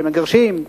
שמגרשים,